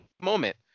moment